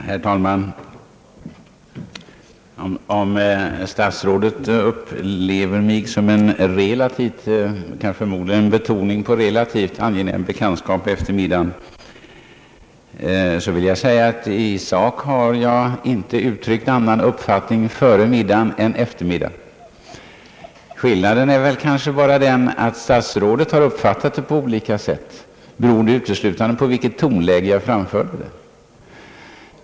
Herr talman! Om statsrådet Wickman upplever mig som en relativt — med betoningen på relativt — angenäm bekantskap efter middagen vill jag säga att i sak har jag inte uttryckt annan uppfattning före middagen än efter. Skillnaden är kanske bara den att statsrådet har uppfattat det på olika sätt beroende uteslutande på i vilket tonläge jag framförde det.